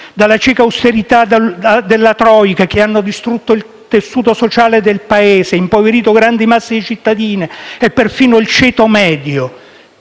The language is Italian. dalla cieca austerità della Troika, che hanno distrutto il tessuto sociale del Paese, impoverito grandi masse di cittadini e perfino il ceto medio.